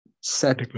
set